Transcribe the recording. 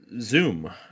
Zoom